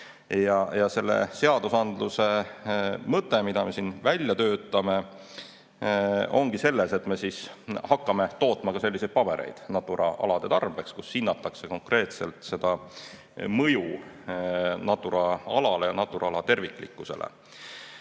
Ja selle seaduse mõte, mida me siin välja töötame, ongi selles, et me hakkame tootma ka selliseid pabereid Natura alade tarbeks, kus hinnatakse konkreetselt seda mõju Natura alale ja Natura ala terviklikkusele. Selle